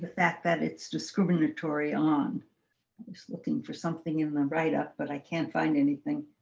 that that it's discriminatory on looking for something in them right up, but i can't find anything.